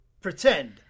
pretend –